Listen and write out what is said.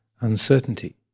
uncertainty